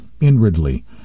inwardly